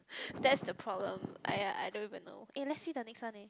that's the problem !aiya! I don't even know eh let's see the next one eh